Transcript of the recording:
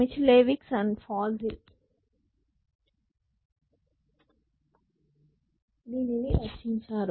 Michalewicz మరియు Fogel దీనిని రచించారు